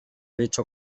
dicho